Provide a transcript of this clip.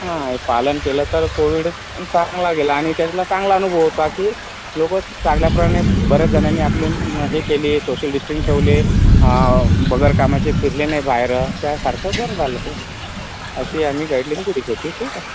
हा पालन केलं तर कोविड चांगला गेला आणि त्याला चांगला अनुभव होता की लोक चांगल्याप्रमाणे बऱ्याचजणांनी आपली हे केली सोशल डिस्टन्स ठेवले बिगर कामाचे फिरले नाही बाहेर त्यासारखं बरं झालं ते अशी आम्ही गाईडलाईन दिलीच होती ठीक आहे